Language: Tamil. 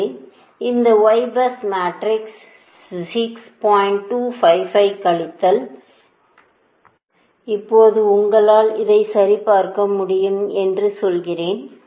அதேபோல இப்போது உங்களால் இதைச் சரிபார்க்க முடியும் என்று நான் சொல்கிறேன்